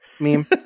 meme